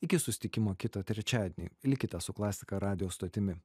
iki susitikimo kitą trečiadienį likite su klasika radijo stotimi